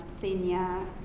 senior